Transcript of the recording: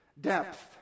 depth